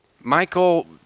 Michael